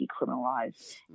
decriminalized